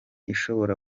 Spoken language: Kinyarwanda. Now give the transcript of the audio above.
ishobora